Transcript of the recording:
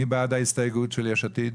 מי בעד ההסתייגות של יש עתיד?